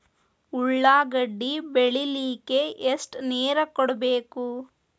ಉಳ್ಳಾಗಡ್ಡಿ ಬೆಳಿಲಿಕ್ಕೆ ಎಷ್ಟು ನೇರ ಕೊಡಬೇಕು?